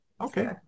okay